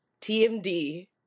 TMD